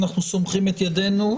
אנחנו סומכים את ידינו.